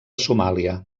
somàlia